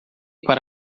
para